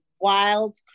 wild